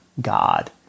God